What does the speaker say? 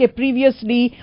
previously